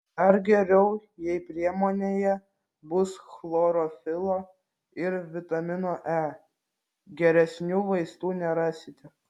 dar geriau jei priemonėje bus chlorofilo ir vitamino e geresnių vaistų nerasite